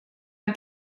ein